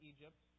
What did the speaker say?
Egypt